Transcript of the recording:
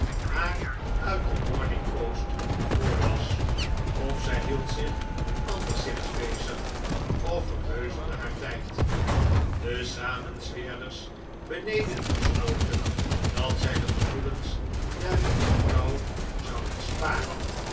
haar uit de morning postvoorlas of zij hield zich anderszins bezig of verbeuzelde haar tijd de samenzweerders beneden besloten dat zij de gevoelens der lieve vrouw zouden sparen